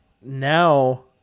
now